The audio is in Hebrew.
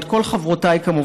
ואת כל חברותיי כאן,